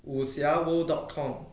武侠 world dot com